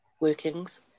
workings